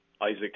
Isaac